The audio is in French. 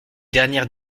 dernière